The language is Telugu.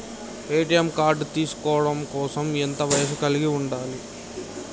ఏ.టి.ఎం కార్డ్ తీసుకోవడం కోసం ఎంత వయస్సు కలిగి ఉండాలి?